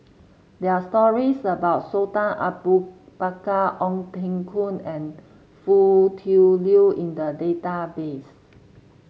there are stories about Sultan Abu Bakar Ong Teng Koon and Foo Tui Liew in the database